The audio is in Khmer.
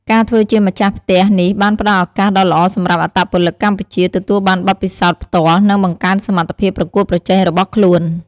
ការធ្វើជាម្ចាស់ផ្ទះនេះបានផ្ដល់ឱកាសដ៏ល្អសម្រាប់អត្តពលិកកម្ពុជាទទួលបានបទពិសោធន៍ផ្ទាល់ និងបង្កើនសមត្ថភាពប្រកួតប្រជែងរបស់ខ្លួន។